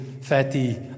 fatty